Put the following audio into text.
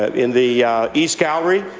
ah in the east gallery,